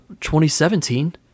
2017